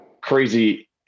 crazy